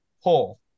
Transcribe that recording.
hole